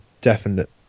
definite